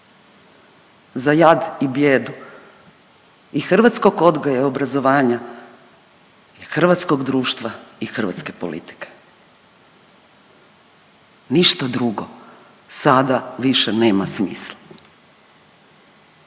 za jad i bijedu i hrvatskog odgoja i obrazovanja i hrvatskog društva i hrvatske politike. Ništa drugo sada više nema smisla.